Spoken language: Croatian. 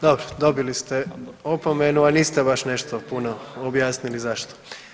Dobro, dobili ste opomenu, a niste baš nešto puno objasnili zašto.